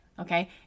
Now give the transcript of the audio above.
Okay